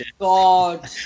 god